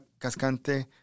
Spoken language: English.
Cascante